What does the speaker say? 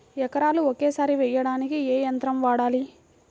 ఎకరాలు ఒకేసారి వేయడానికి ఏ యంత్రం వాడాలి?